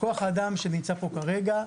כוח האדם שנמצא פה כרגע,